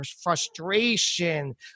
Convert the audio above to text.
frustration